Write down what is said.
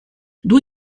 due